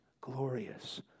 glorious